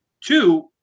Two